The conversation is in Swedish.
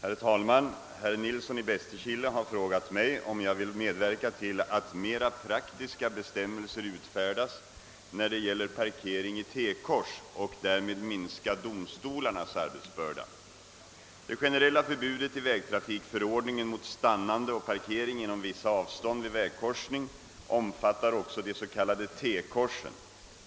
Herr talman! Herr Nilsson i Bästekille har frågat mig, om jag vill medverka till att mera praktiska bestämmelser utfärdas när det gäller parke ring i T-kors och därmed minska domstolarnas arbetsbörda. Det generella förbudet i vägtrafikförordningen mot stannande och parkering inom vissa avstånd vid vägkorsning omfattar också de s.k. T-korsen.